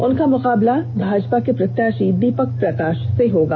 उनका मुकाबला भाजपा के प्रत्याषी दीपक प्रकाष से होगा